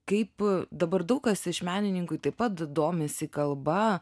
kaip dabar daug kas iš menininkų taip pat domisi kalba